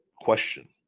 question